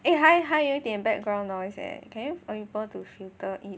eh 有点有点 background noise leh can you able to filter it